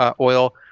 oil